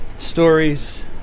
stories